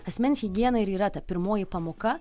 asmens higienai ir yra ta pirmoji pamoka